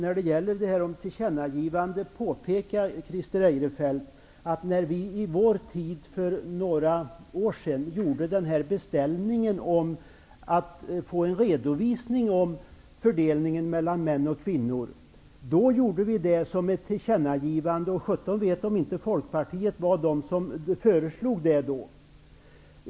Vad beträffar tillkännagivande vill jag påpeka för Christer Eirefelt att när riksdagen för några år sedan gjorde beställningen om att få en redovisning av fördelningen mellan män och kvinnor, skedde det i form av ett tillkännagivande. Sjutton vet om inte folkpartiet var det parti som föreslog det då.